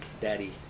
daddy